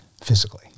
physically